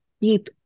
deep